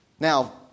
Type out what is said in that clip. Now